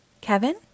Kevin